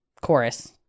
chorus